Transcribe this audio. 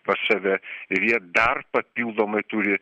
pas save ir jie dar papildomai turi